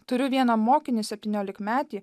turiu vieną mokinį septyniolikmetį